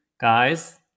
guys